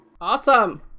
Awesome